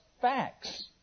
facts